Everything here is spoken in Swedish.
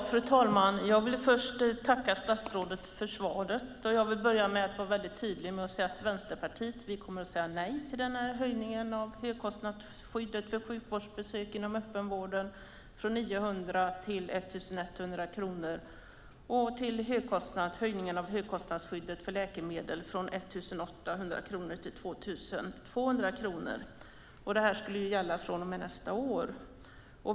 Fru talman! Jag vill tacka statsrådet för svaret. Jag vill börja med att vara väldigt tydlig med att säga att Vänsterpartiet kommer att säga nej till denna höjning av högkostnadsskyddet för sjukvårdsbesök inom öppenvården från 900 till 1 100 kronor och höjningen av högkostnadsskyddet för läkemedel från 1 800 till 2 200 kronor. Det skulle ju gälla från och med nästa år.